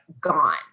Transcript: gone